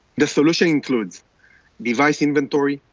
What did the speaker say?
the solution includes device inventory,